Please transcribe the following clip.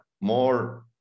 more